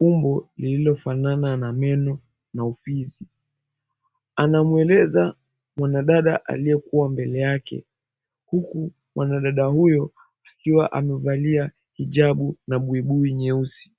umbo lililofanana na meno na ufizi. Anamueleza mwanadada aliyekuwa mbele yake huku mwanadada huyo akiwa amevalia hijabu na buibui nyeusi.